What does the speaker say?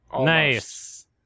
nice